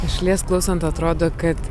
iš šalies klausant atrodo kad